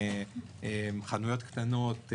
חנויות קטנות,